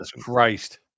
Christ